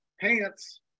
pants